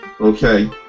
okay